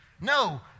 No